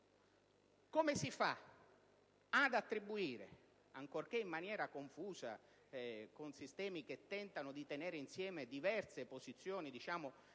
come si fa a costruire, ancorché in maniera confusa, con sistemi che tentano di tenere insieme diverse posizioni di